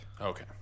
Okay